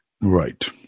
Right